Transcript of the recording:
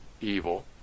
evil